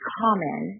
common